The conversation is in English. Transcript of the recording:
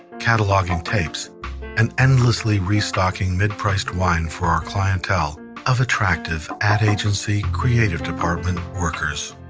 cataloging tapes and endlessly restocking mid-priced wine for our clientele of attractive ad agency creative department workers.